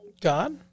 God